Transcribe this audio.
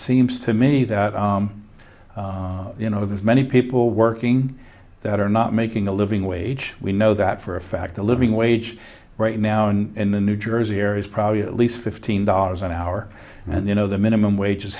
seems to me that you know there's many people working that are not making a living wage we know that for a fact a living wage right now in the new jersey area is probably at least fifteen dollars an hour and you know the minimum wage is